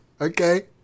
okay